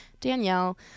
danielle